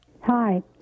Hi